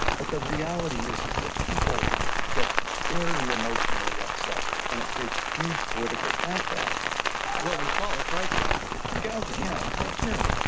but the reality is is that people get very emotionally upset and it creates huge political backlash well, we call it price gouging. gouging, yeah, profiteering.